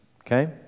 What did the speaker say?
Okay